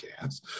gas